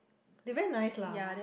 they very nice lah